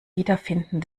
wiederfinden